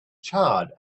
charred